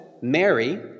Mary